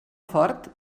fort